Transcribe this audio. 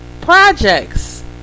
projects